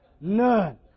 None